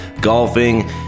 golfing